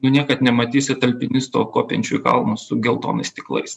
nu niekad nematysit alpinisto kopiančių į kalnus su geltonais stiklais